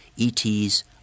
ETs